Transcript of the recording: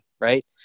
right